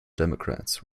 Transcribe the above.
democrats